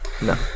No